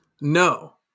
No